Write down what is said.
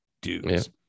dudes